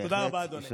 תודה רבה, אדוני.